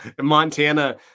Montana